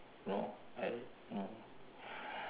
no well no